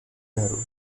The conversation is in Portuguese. garoto